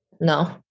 No